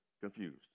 confused